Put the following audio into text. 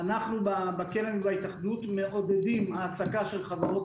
אנחנו בקרן ובהתאחדות מעודדים העסקה של חברות